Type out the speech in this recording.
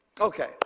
Okay